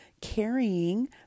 carrying